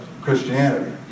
Christianity